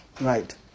Right